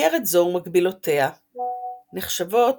איגרת זו ומקבילותיה נחשבות